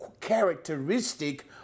characteristic